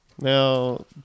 Now